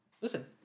Listen